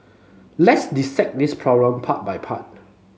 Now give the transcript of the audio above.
let's dissect this problem part by part